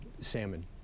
salmon